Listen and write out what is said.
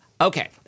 Okay